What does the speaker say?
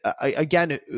again